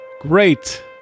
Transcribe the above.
great